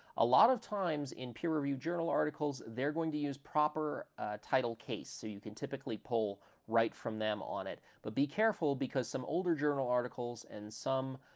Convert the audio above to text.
a lot of times in peer-reviewed journal articles, they're going to use proper title case, so you can typically pull right from them on it, but be careful because some older journal articles and some